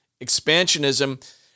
expansionism